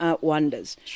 wonders